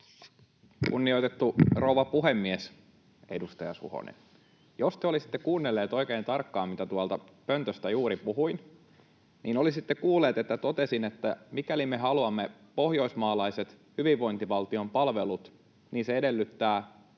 Kunnioitettu rouva puhemies! Edustaja Suhonen, jos te olisitte kuunnellut oikein tarkkaan, mitä tuolta pöntöstä juuri puhuin, niin olisitte kuullut, kun totesin, että mikäli me haluamme pohjoismaalaiset hyvinvointivaltion palvelut, niin se edellyttää